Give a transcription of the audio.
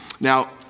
Now